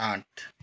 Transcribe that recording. आठ